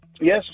Yes